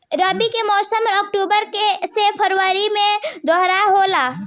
रबी के मौसम अक्टूबर से फरवरी के दौरान होला